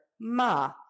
Ma